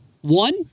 One